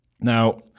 Now